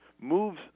moves